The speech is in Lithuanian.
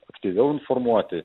aktyviau informuoti